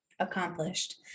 accomplished